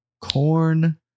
Corn